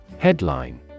Headline